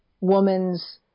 woman's